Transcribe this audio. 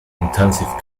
intensive